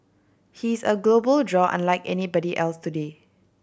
he's a global draw unlike anybody else today